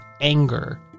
anger